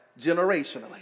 generationally